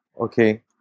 Okay